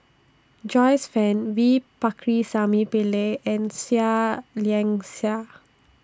Joyce fan V Pakirisamy Pillai and Seah Liang Seah